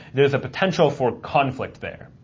there's a potential for conflict there.